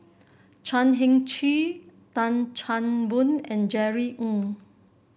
Chan Heng Chee Tan Chan Boon and Jerry Ng